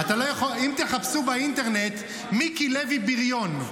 אם תחפשו באינטרנט "מיקי לוי בריון",